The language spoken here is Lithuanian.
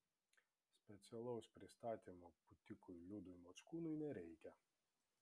specialaus pristatymo pūtikui liudui mockūnui nereikia